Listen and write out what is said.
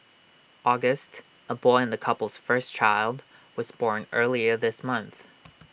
August A boy and the couple's first child was born earlier this month